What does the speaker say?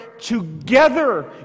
together